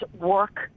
work